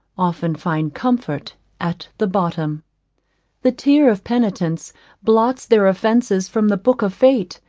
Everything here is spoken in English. often find comfort at the bottom the tear of penitence blots their offences from the book of fate,